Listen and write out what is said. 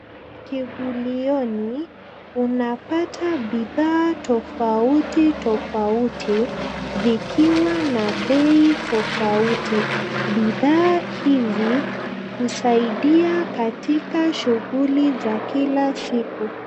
Kivulioni unapata bidhaa tofauti tofauti, vikiwa na bei tofauti. Bidhaa hizi husaidia katika shughuli za kila siku.